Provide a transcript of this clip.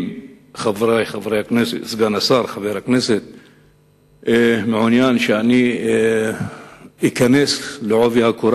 אם סגן השר מעוניין שאני אכנס בעובי הקורה